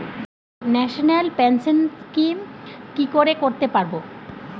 National pension scheme কি করে করতে পারব?